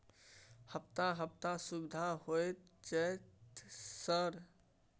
हफ्ता हफ्ता सुविधा होय जयते सर?